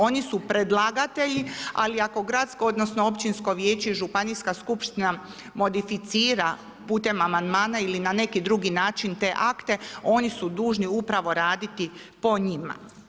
Oni su predlagatelji, ali ako gradsko odnosno Općinsko vijeće i Županijska skupština modificira putem amandmana ili na neki drugi način te akte oni su dužni upravo raditi po njima.